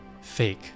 Fake